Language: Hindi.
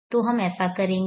तो हम ऐसा करेंगे